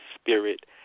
Spirit